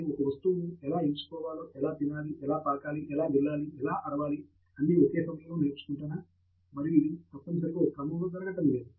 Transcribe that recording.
నేను ఒక వస్తువును ఎలా ఎంచుకోవాలో ఎలా తినంలి ఎలా పాకాలి ఎలా గిల్లాలి ఎలా అరివాలి అన్నీ ఒకే సమయంలో నేర్చుకుంటాను మరియు ఇది తప్పనిసరిగా ఒక క్రమంలో జరగడం లేదు